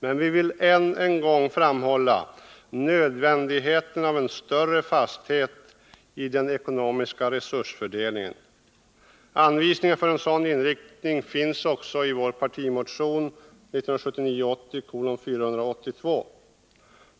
Men vi vill än en gång framhålla nödvändigheten av en större fasthet i den ekonomiska resursfördelningen. Anvisningar för en sådan inriktning finns i vår partimotion 1979/80:482.